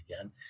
again